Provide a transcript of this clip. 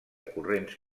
corrents